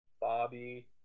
Bobby